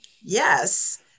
Yes